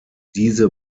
diese